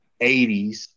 80s